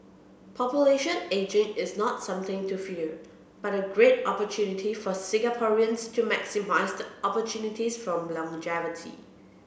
population ageing is not something to fear but a great opportunity for Singaporeans to maximise the opportunities from longevity